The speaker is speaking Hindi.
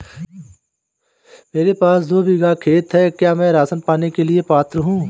मेरे पास दो बीघा खेत है क्या मैं राशन पाने के लिए पात्र हूँ?